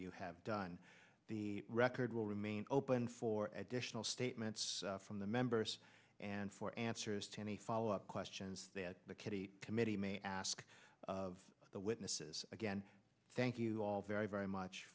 you have done the record will remain open for admission of statements from the members and for answers to any follow up questions that the kitty committee may ask of the witnesses again thank you all very very much